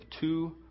two